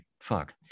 Fuck